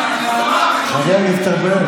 חבר הכנסת ארבל,